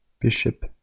Bishop